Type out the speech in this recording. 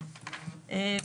הערה ראשונה,